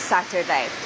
Saturday